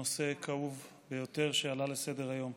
נושא כאוב ביותר עלה לסדר-היום.